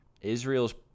Israel's